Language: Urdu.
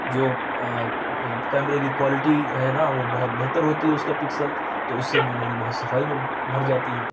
جو کیمرے کی کوالیٹی ہے نا وہ بہت بہتر ہوتی ہے اس کا پکسل تو اس سے میموری بہت صفائی میں بھر جاتی ہے